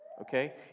Okay